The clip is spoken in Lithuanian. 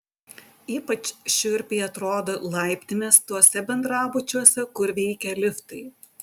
ypač šiurpiai atrodo laiptinės tuose bendrabučiuose kur veikia liftai